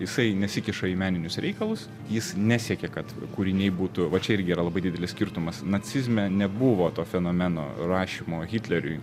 jisai nesikiša į meninius reikalus jis nesiekia kad kūriniai būtų va čia irgi yra labai didelis skirtumas nacizme nebuvo to fenomeno rašymo hitleriui